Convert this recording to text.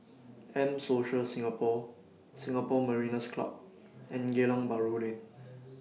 M Social Singapore Singapore Mariners' Club and Geylang Bahru Lane